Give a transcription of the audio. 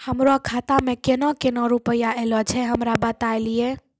हमरो खाता मे केना केना रुपैया ऐलो छै? हमरा बताय लियै?